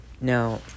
Now